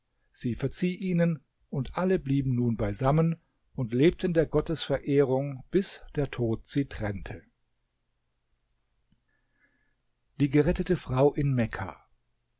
sie verzieh ihnen und alle blieben nun beisammen und lebten der gottesverehrung bis der tod sie trennte die gerettete frau in mekka